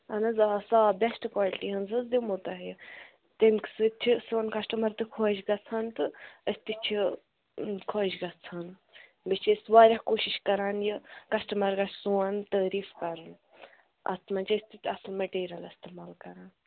اَہَن حظ آ صاف بیٚسٹ کالٹی ہٕنٛز حظ دِمہو تۄہہِ تَمہِ سۭتۍ چھِ سون کَسٹٕمَر تہِ خۄش گژھان تہٕ أسۍ تہِ چھِ خۄش گژھان بیٚیہِ چھِ أسۍ واریاہ کوٗشِش کَران یہِ کَسٹٕمَر گَژھِ سون تٲریٖف کَرُن اَتھ منٛز چھِ أسۍ تِتہِ اَصٕل میٹیٖریَل اِستعمال کَران